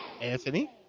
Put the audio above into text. Anthony